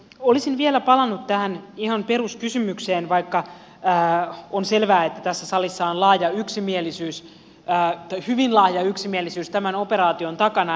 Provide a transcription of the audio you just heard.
olisin vielä palannut tähän ihan peruskysymykseen vaikka on selvää että tässä salissa on laaja yksimielisyys hyvin laaja yksimielisyys tämän operaation takana